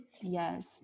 Yes